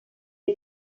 est